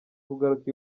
kugaruka